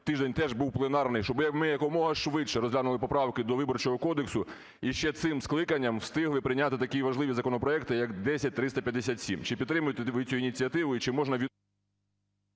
тиждень теж був пленарний, щоби ми якомога швидше розглянули поправки до Виборчого кодексу і ще цим скликанням встигли прийняти такі важливі законопроекти, як 10357. Чи підтримуєте ви цю ініціативу і чи можна… Веде